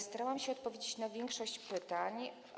Starałam się odpowiedzieć na większość pytań.